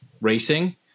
racing